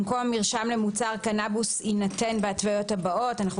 במקום "מרשם למוצר קנבוס יינתן בהתוויות הבאות" אנחנו